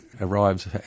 arrives